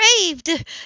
Craved